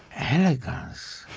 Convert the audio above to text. elegance?